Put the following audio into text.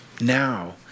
Now